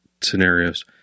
scenarios